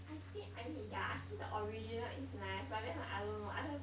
I think I mean yeah I see the original is nice but then like I don't know I just